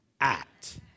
act